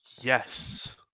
Yes